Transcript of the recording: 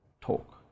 talk